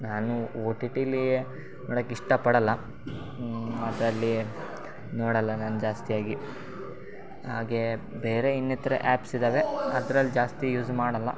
ನಾನು O T ಟಿಲೀ ನೋಡಕ್ಕೆ ಇಷ್ಟಪಡಲ್ಲ ಅದ್ರಲ್ಲಿ ನೋಡಲ್ಲ ನಾನು ಜಾಸ್ತಿಯಾಗಿ ಹಾಗೇ ಬೇರೆ ಇನ್ನಿತರೆ ಆ್ಯಪ್ಸ್ ಇದಾವೆ ಅದ್ರಲ್ಲಿ ಜಾಸ್ತಿ ಯೂಸ್ ಮಾಡಲ್ಲ